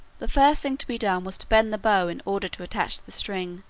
the first thing to be done was to bend the bow in order to attach the string.